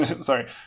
Sorry